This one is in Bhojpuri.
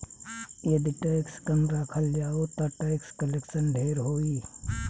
यदि टैक्स कम राखल जाओ ता टैक्स कलेक्शन ढेर होई